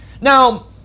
Now